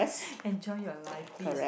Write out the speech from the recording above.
enjoy your life please